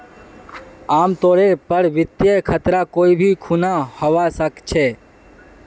आमतौरेर पर वित्तीय खतरा कोई भी खुना हवा सकछे